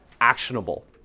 actionable